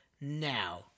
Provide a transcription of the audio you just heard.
now